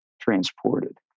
transported